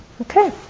Okay